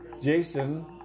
Jason